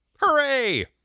Hooray